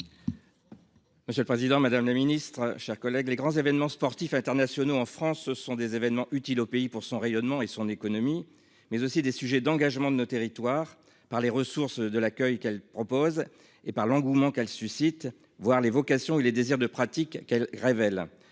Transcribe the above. Monsieur le président, madame la Ministre, chers collègues. Les grands événements sportifs internationaux en France. Ce sont des événements utile au pays, pour son rayonnement et son économie, mais aussi des sujets d'engagement de nos territoires par les ressources de l'accueil qu'elle propose et par l'engouement qu'elle suscite, voir les vocations il les désirs de pratiques qu'elle révèle.